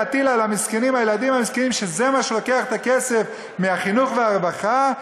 להטיל על הילדים המסכנים שזה מה שלוקח את הכסף מהחינוך והרווחה?